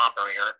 operator